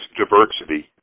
diversity